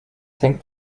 hängt